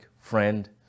friend